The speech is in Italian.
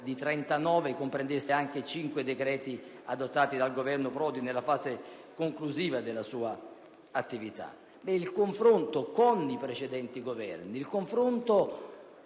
citato comprendesse anche i cinque decreti adottati dal Governo Prodi nella fase conclusiva della sua attività. Vorrei fare un confronto con i precedenti Governi, soprattutto